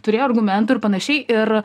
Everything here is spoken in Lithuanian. turėjo argumentų ir panašiai ir